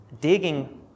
Digging